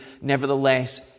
nevertheless